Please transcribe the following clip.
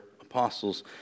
apostles